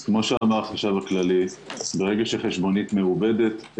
אז כמו שאמר החשב הכללי ברגע שחשבונית מעובדת,